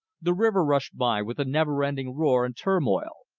the river rushed by with a never-ending roar and turmoil.